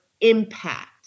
impact